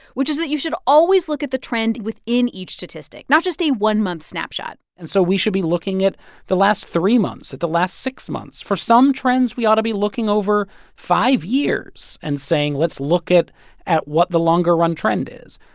which is that you should always look at the trend within each statistic, not just a one-month snapshot and so we should be looking at the last three months, at the last six months. for some trends, we ought to be looking over five years and saying, let's look at at what the longer-run trend is.